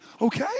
okay